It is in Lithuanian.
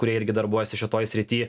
kurie irgi darbuojasi šitoj srity